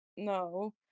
No